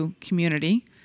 community